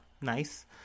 nice